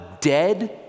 dead